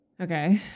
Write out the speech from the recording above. Okay